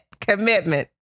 Commitment